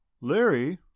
Larry